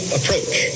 approach